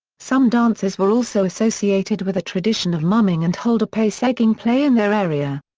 some dancers were also associated with a tradition of mumming and hold a pace egging play in their area.